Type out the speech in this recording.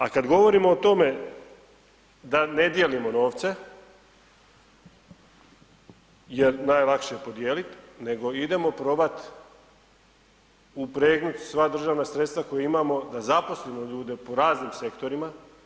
A kada govorimo o tome da ne dijelimo novce jer najlakše je podijeliti, nego idemo probati upregnuti sva državna sredstva koja imamo da zaposlimo ljude po raznim sektorima.